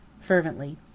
fervently